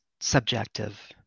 subjective